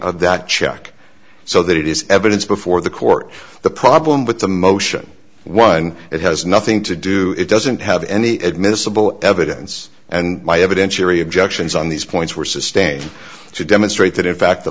of that check so that it is evidence before the court the problem with the motion one it has nothing to do it doesn't have any admissible evidence and my evidentiary objections on these points were sustained to demonstrate that in fact the